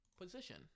position